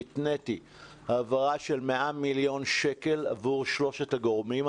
אני התניתי העברה של 100 מיליון שקלים עבור שלושת הגורמים האלה.